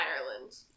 Ireland